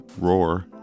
Roar